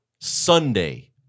Sunday